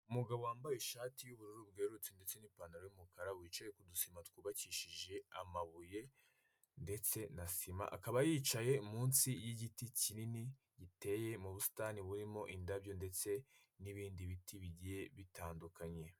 Umugabo wambaye ishati y'ubururu bwerurutse ndetse n'ipantaro y'umukara wicaye ku dusima twubakishije amabuye ndetse na sima, akaba yicaye munsi y'igiti kinini giteye mu busitani burimo indabyo ndetse n'ibindi biti bigiye bitandukanye.